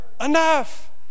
enough